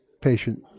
patient